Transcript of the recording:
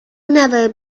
never